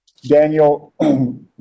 Daniel